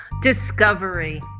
Discovery